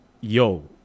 yo